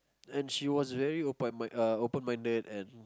and she was very open open minded and